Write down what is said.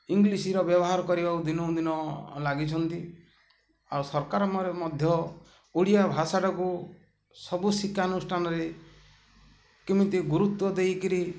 ଇଂଗ୍ଲିଶ୍ର ବ୍ୟବହାର କରିବାକୁ ଦିନକୁ ଦିନ ଲାଗିଛନ୍ତି ଆଉ ସରକାର ମଧ୍ୟ ଓଡ଼ିଆ ଭାଷାଟାକୁ ସବୁ ଶିକ୍ଷାନୁଷ୍ଠାନରେ କେମିତି ଗୁରୁତ୍ୱ ଦେଇକିରି